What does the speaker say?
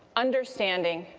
understanding,